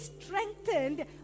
strengthened